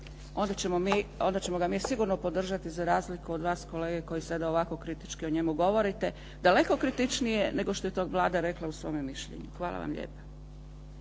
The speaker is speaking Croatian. onda ćemo ga mi sigurno podržati za razliku od vas kolege koji sada ovako kritički o njemu govorite, daleko kritičnije nego što je to Vlada rekla u svome mišljenju. Hvala vam lijepa.